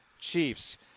Chiefs